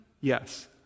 Yes